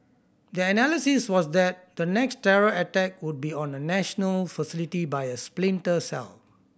their analysis was that the next terror attack would be on a national facility by a splinter cell